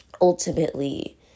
ultimately